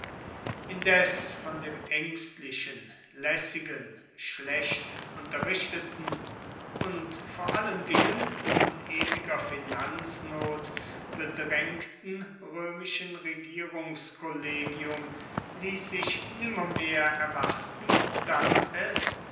indes von dem ängstlichen lässigen schlecht unterrichteten und vor allen dingen von ewiger finanznot bedrängten römischen regierungskollegium ließ sich nimmermehr erwarten daß es